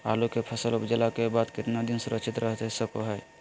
आलू के फसल उपजला के बाद कितना दिन सुरक्षित रहतई सको हय?